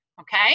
Okay